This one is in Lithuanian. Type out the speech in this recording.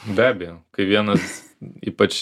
be abejo kai vienas ypač